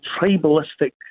tribalistic